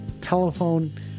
telephone